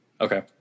okay